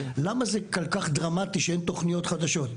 למה זה כל כך דרמטי שאין תוכניות חדשות?